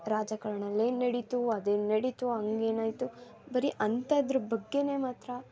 ರಾಜಕಾರಣಲಿ ಏನು ನಡೀತು ಅದೇನು ನಡೀತು ಹಂಗೆ ಏನಾಯಿತು ಬರೀ ಅಂತದ್ರ ಬಗ್ಗೆಯೇ ಮಾತ್ರ